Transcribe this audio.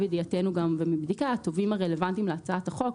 ידיעתנו גם זה מבדיקה - התובעים הרלוונטיים להצעת החוק,